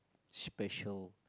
special